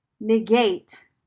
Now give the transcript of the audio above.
negate